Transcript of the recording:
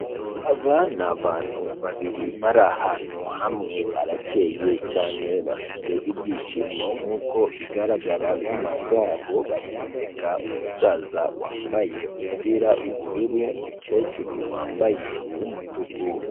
Aba n'abantu babiri bari ahantu hamwe barakenye cyane bafite ibyishimo nkuko bigaragara ku maso habo, bari guseka umusaza wambaye umupira w'ubururu umukecuru wambaye uw'umutuku.